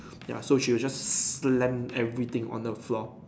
ya so she will just slam everything on the floor